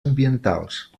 ambientals